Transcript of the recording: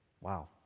Wow